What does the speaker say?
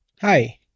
Hi